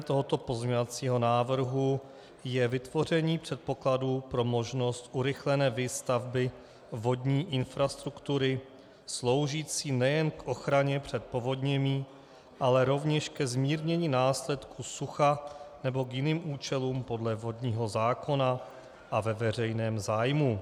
Cílem tohoto pozměňovacího návrhu je vytvoření předpokladu pro možnost urychlené výstavby vodní infrastruktury sloužící nejen k ochraně před povodněmi, ale rovněž ke zmírnění následků sucha nebo k jiným účelům podle vodního zákona a ve veřejném zájmu.